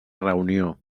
reunió